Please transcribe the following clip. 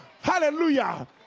Hallelujah